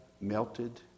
melted